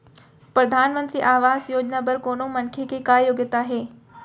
परधानमंतरी आवास योजना बर कोनो मनखे के का योग्यता हे?